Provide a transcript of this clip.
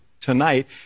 tonight